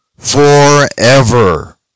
Forever